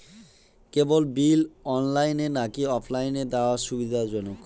কেবল bill অনলাইনে নাকি অফলাইনে দেওয়া সুবিধাজনক?